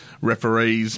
referees